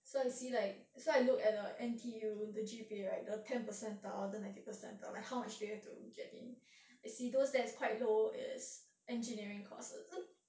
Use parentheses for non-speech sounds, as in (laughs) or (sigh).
so I see like so I look at the N_T_U the G_P_A right the ten percentile or the ninety percentile like how much do you have to get in I see those that is quite low is engineering courses (laughs)